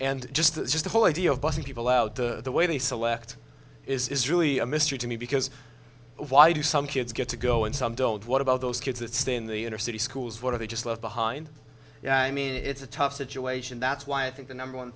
and just just the whole idea of bussing people out the way they select is really a mystery to me because why do some kids get to go and some told what about those kids that stay in the inner city schools what are they just left behind i mean it's a tough situation that's why i think the number one